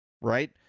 right